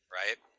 right